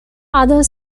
other